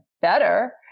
better